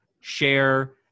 share